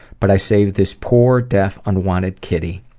but i saved this poor, deaf unwanted kitty.